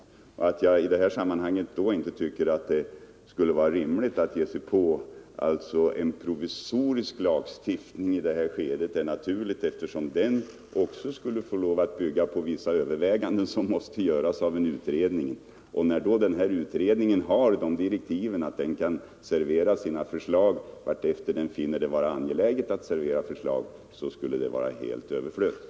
Att jag då inte tycker att det vore rimligt att nu ge sig in på en provisorisk lagstiftning är naturligt, eftersom även en sådan bör bygga på vissa överväganden som måste göras av en utredning. Då ju den sittande utredningen har sådana direktiv att den kan servera sina förslag vartefter den finner det angeläget, skulle det vara helt överflödigt.